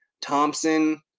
Thompson